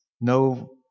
no